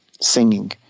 singing